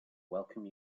welcome